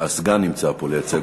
הסגן נמצא פה לייצג אותו.